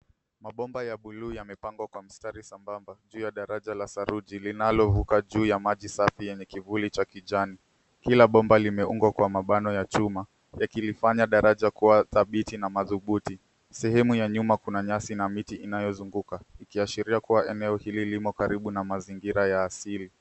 Mabomba ya buluu yamepangwa kwa mstari sambamba, juu ya daraja la saruji linalovuka juu ya maji safi, yenye kivuli cha kijani. Kila bomba limeungwa kwa mabano ya chuma, yakilifanya daraja kuwa dhabiti na madhubuti. Sehemu ya nyuma kuna nyasi na miti inayozunguka, ikiashiria kuwa eneo hili limo karibu na mazingira ya asili.